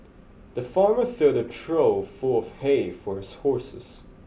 the farmer filled a trough full of hay for his horses